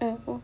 uh who